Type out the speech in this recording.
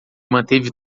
manteve